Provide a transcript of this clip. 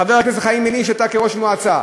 חבר הכנסת חיים ילין, אתה כראש מועצה: